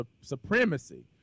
supremacy